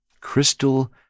Crystal